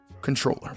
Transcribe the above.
controller